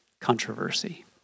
controversy